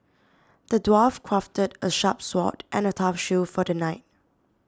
the dwarf crafted a sharp sword and a tough shield for the knight